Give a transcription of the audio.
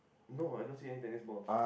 no I don't see any tennis balls